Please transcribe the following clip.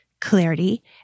clarity